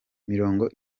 mirongo